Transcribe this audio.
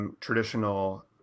traditional